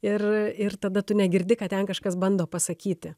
ir ir tada tu negirdi ką ten kažkas bando pasakyti